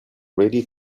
ready